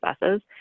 buses